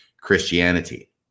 christianity